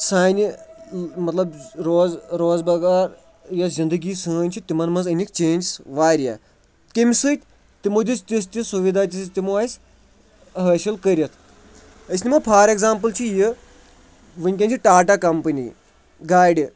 سانہِ مطلب روز روزبگار یۄس زِندگی سٲنۍ چھِ تِمَن منٛز أنِکھ چینجِس واریاہ کٔمۍ سۭتۍ تِمو دِژ تِژھ تِژھ سُوِدا دِژ تِمو اَسہِ حٲصِل کٔرِتھ أسۍ نِمو فار ایٚگزامپٕل چھِ یہِ وٕنۍکٮ۪ن چھِ ٹاٹا کَمپٔنی گاڑِ